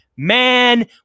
Man